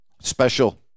special